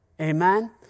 amen